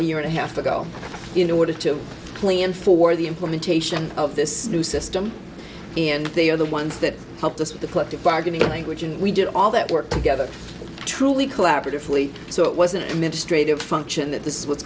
a year and a half ago in order to plan for the implementation of this new system and they are the ones that helped us with the collective bargaining language and we did all that work together truly collaboratively so it wasn't a ministry to function that this is what's